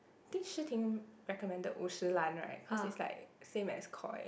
think Shi Ting recommended Wu Shi Lan right cause is like same as Koi